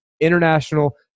international